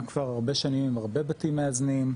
כבר הרבה שנים עם הרבה בתים מאזנים,